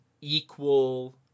equal